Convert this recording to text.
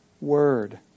word